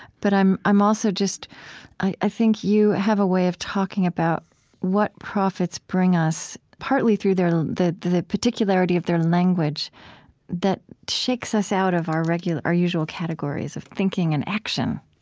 but i'm i'm also just i think you have a way of talking about what prophets bring us partly through the the particularity of their language that shakes us out of our regular our usual categories of thinking and action